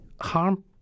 harm